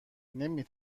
نمی